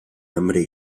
hambre